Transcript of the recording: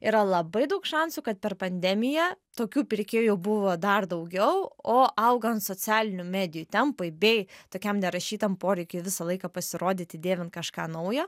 yra labai daug šansų kad per pandemiją tokių pirkėjų buvo dar daugiau o augant socialinių medijų tempui bei tokiam nerašytam poreikiui visą laiką pasirodyti dėvint kažką naujo